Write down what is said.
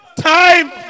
Time